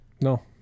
No